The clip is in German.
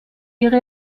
ihre